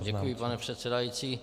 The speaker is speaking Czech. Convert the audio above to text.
Děkuji, pane předsedající.